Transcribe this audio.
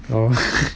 oh